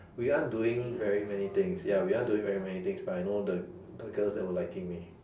we aren't doing very many things ya we aren't doing very many things but I know the the girls that were liking me